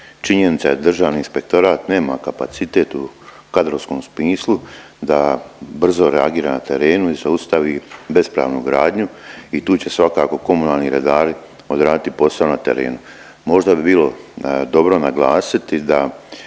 Činjenica je Državni inspektorat nema kapacitet u kadrovskom smislu da brzo reagira na terenu i zaustavi bespravnu gradnju i tu će svakako komunalni redari odraditi posao na terenu. Možda bi bilo dobro naglasiti da